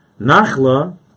Nachla